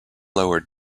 lowered